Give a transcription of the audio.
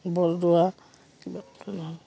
Bordowa